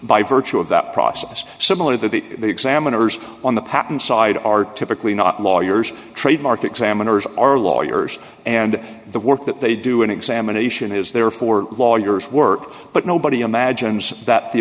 by virtue of that process similar to the examiners on the patent side are typically not lawyers trademark examiners are lawyers and the work that they do an examination is there for lawyers work but nobody imagines that the